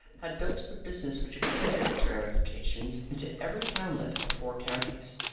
had built up a business which extended its ramifications into every townlet of four counties.